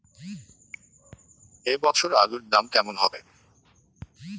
এ বছর আলুর দাম কেমন হবে?